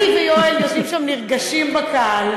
אני ויואל יושבים שם נרגשים בקהל,